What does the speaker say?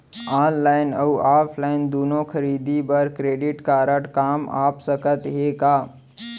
Online अऊ offline दूनो खरीदी बर क्रेडिट कारड काम आप सकत हे का?